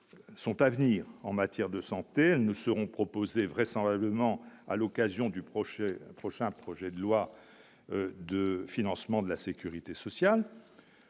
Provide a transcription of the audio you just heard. sont à venir en matière de santé nous seront proposées, vraisemblablement à l'occasion du prochain prochain projet de loi de financement de la Sécurité sociale,